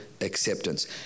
acceptance